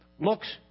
looks